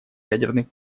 ядерных